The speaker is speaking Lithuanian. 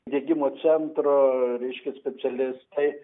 diegimo centro reiškia specialistai